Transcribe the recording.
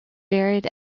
buried